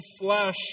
flesh